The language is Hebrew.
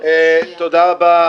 תודה רבה.